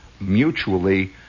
mutually